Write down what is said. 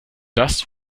das